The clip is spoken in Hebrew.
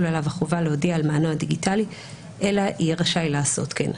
עליו החובה להודיע על מענו הדיגיטלי אלא יהיה רשאי לעשות כן."